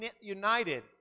united